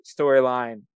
storyline